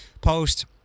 post